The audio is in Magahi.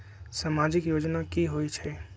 समाजिक योजना की होई छई?